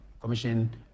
commission